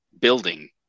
building